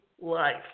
life